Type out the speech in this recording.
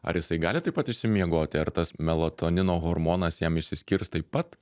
ar jisai gali taip pat išsimiegoti ar tas melatonino hormonas jam išsiskirs taip pat